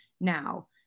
now